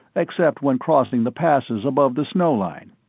except when crossing the passes above the snow line.